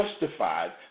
justified